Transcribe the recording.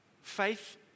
faith